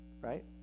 right